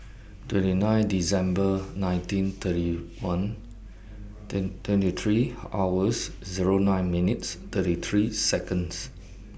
twenty nine December nineteen thirty one twenty three hours Zero nine minutes thirty three Seconds